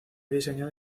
diseñada